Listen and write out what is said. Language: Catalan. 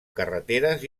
carreteres